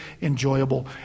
enjoyable